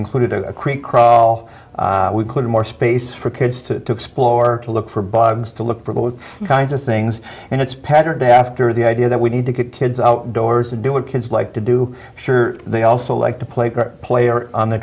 included to create crawl we could more space for kids to explore to look for bugs to look for those kinds of things and it's patterned after the idea that we need to get kids outdoors and do what kids like to do sure they also like to play player on the